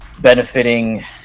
benefiting